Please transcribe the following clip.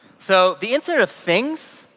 so the internet of things,